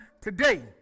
today